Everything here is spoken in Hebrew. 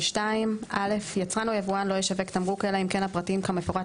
22. (א) יצרן או יבואן לא ישווק תמרוק אלא אם כן הפרטים כמפורט